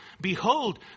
Behold